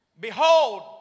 Behold